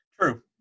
True